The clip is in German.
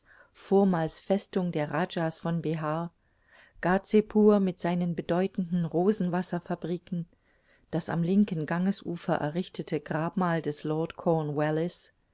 vormals festung der rajahs von behar ghazepur mit seinen bedeutenden rosenwasserfabriken das am linken gangesufer errichtete grabmal des